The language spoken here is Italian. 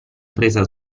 presa